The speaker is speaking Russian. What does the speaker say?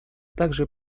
также